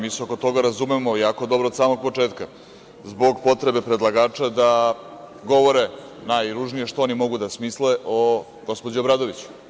Mi se oko toga razumemo jako dobro od samog početka, zbog potrebe predlagača da govore najružnije što oni mogu da smisle o gospođi Obradović.